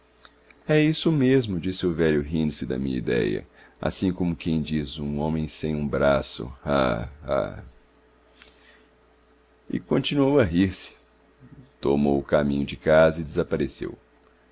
é isso mesmo disse o velho rindo-se da minha idéia assim como quem diz um homem sem um braço ah ah e continuando a rir-se tomou o caminho de casa e desapareceu